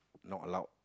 not allowed